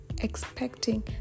expecting